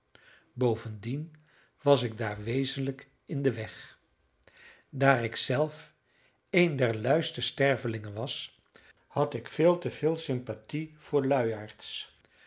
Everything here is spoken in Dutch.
bovendien was ik daar wezenlijk in den weg daar ik zelf een der luiste stervelingen was had ik veel te veel sympathie voor luiaards